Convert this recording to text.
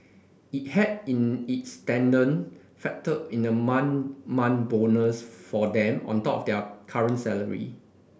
it had in its tender factored in the month month bonus for them on top their current salary